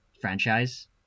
franchise